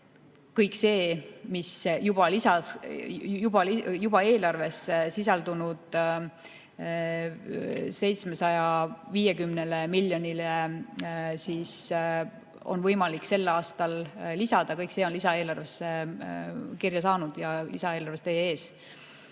Kõik see, mis juba eelarves sisaldunud 750 miljonile on võimalik sel aastal lisada, on lisaeelarvesse kirja saanud ja lisaeelarves teie ees.